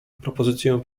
propozycję